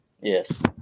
Yes